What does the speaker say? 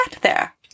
there